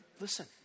listen